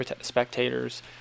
spectators